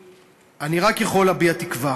אני רק יכול להביע תקווה